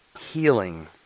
healing